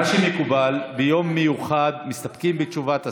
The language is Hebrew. שמקובל ביום מיוחד זה שמסתפקים בתשובת השר.